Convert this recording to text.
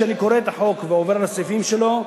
כשאני קורא את החוק ועובר על הסעיפים שלו,